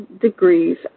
degrees